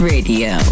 Radio